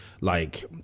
Like-